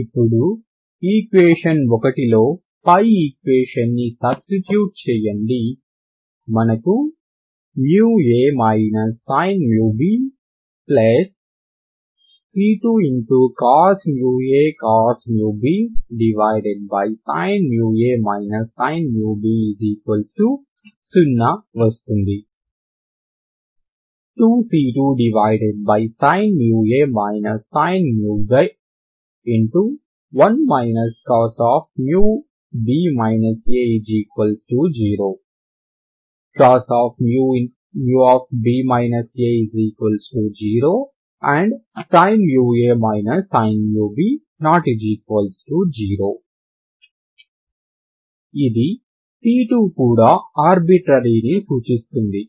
ఇప్పుడు ఈక్వేషన్ లో పై ఈక్వేషన్ ని సబ్స్టిట్యూట్ చేయండి మనకు μa sin μb c2cos μa cos μb 2sin μa sin μb 0 వస్తుంది 2c2sin μa sin μb 1 cos μb a 0 cos μ0 sin μa sin μb ≠0 ఇది c2కూడా ఆర్బిటరీ ని సూచిస్తుంది